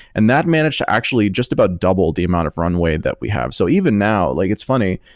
and that managed to actually just about doubled the amount of runway that we have. so even now, like it's funny,